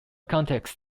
context